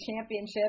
Championship